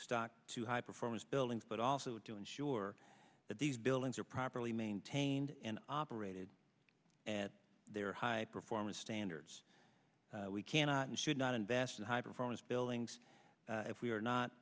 stock to high performance buildings but also to ensure that these buildings are properly maintained and operated at their high performance standards we cannot and should not invest in high performance buildings if we are not